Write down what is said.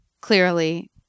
clearly